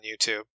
YouTube